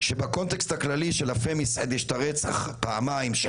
שבקונטקסט הכללי של ה- Femicideיש את הרצח פעמיים של